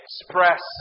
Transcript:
express